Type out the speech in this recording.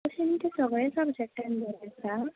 तशें न्ही तें सगळ्या सब्जेक्टांत बरें आसा